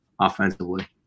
offensively